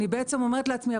אני בעצם אומרת לעצמי,